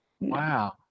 Wow